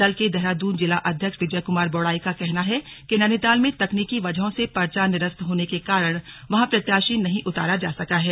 दल के देहरादून जिला अध्यक्ष विजय कुमार बौड़ाई का कहना है कि नैनीताल में तकनीकी वजहों से पर्चा निरस्त होने के कारण वहां प्रत्याशी नहीं उतारा जा सका है